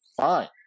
fine